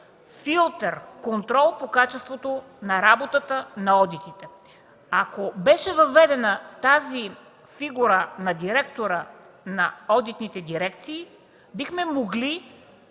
филтър, контрол по качеството на работата на одитите. Ако беше въведена тази фигура на директора на одитните дирекции, бихме могли